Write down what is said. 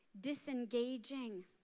disengaging